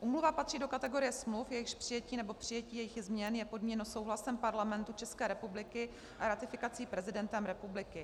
Úmluva patří do kategorie smluv, jejichž přijetí nebo přijetí jejich změn je podmíněno souhlasem Parlamentu České republiky a ratifikací prezidentem republiky.